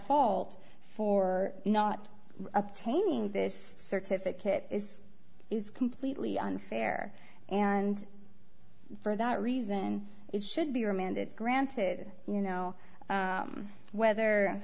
fault for not obtaining this certificate is is completely unfair and for that reason it should be remanded granted you know whether